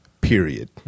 period